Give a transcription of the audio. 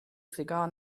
cigar